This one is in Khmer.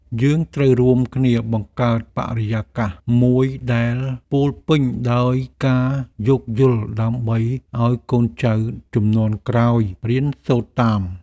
យើងត្រូវរួមគ្នាបង្កើតបរិយាកាសមួយដែលពោរពេញដោយការយោគយល់ដើម្បីឱ្យកូនចៅជំនាន់ក្រោយរៀនសូត្រតាម។